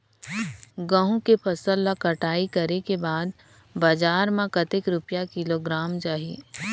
गंहू के फसल ला कटाई करे के बाद बजार मा कतेक रुपिया किलोग्राम जाही?